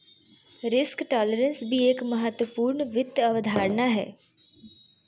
risk tolerance भी एक महत्वपूर्ण वित्त अवधारणा हय